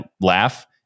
laugh